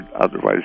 otherwise